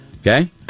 Okay